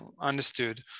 understood